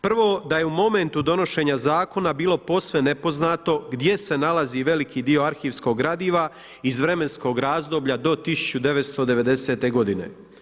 Prvo da je u momentu donošenja zakona bilo posve nepoznato gdje se nalazi veliki dio arhivskog gradiva iz vremenskog razdoblja do 1990. godine.